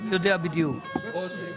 זה